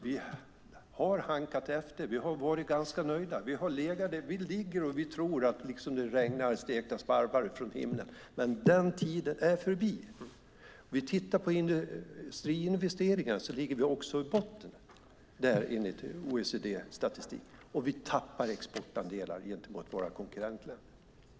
Vi har halkat efter. Vi har varit ganska nöjda. Vi har legat där vi ligger, och vi tror att det regnar stekta sparvar från himlen. Den tiden är förbi. Om vi tittar på industriinvesteringar ser vi att vi också där ligger i botten enligt OECD-statistiken, och vi tappar exportandelar gentemot våra konkurrenter.